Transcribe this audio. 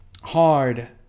hard